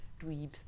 dweebs